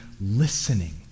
listening